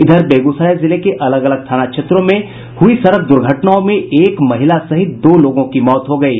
इधर बेगूसराय जिले के अलग अलग थाना क्षेत्र में हुई सड़क दुर्घटना में एक महिला सहित दो लोगों की मौत हो गयी